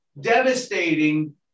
devastating